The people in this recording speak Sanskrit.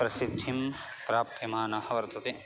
प्रसिद्धिं प्राप्यमानः वर्तते